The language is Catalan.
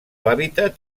hàbitat